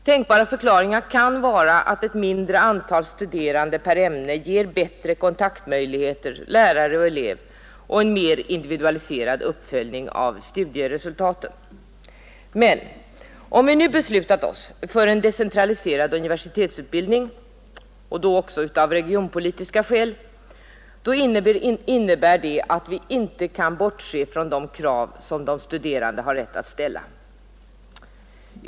Tänkbara förklaringar kan vara att ett mindre antal studerande per ämne ger bättre möjligheter till kontakt mellan lärare och elev och en mer individualiserad uppföljning av studieresultaten. Men om vi nu beslutat oss för en decentraliserad universitetsutbildning — och då också av regionpolitiska skäl — innebär det att vi inte kan bortse från de krav som de studerande har rätt att ställa.